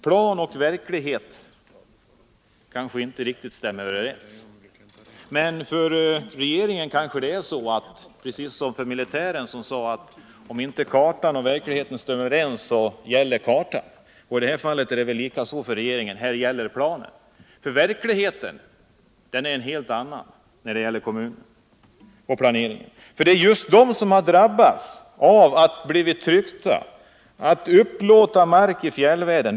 Plan och verklighet kanske inte riktigt stämmer överens. Men för regeringen är det måhända precis som för militären som sade, att om inte kartan och verkligheten stämmer överens, så gäller kartan. I det här fallet är det väl så för regeringen, att här gäller planen. Verkligheten är en helt annan i kommunernas planering. Det är just kommunerna som har drabbats och utsatts för tryck att upplåta mark i fjällvärlden.